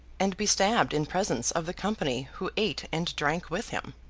and be stabbed in presence of the company who ate and drank with him.